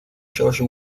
george